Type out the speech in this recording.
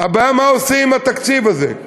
הבעיה מה עושים עם התקציב הזה.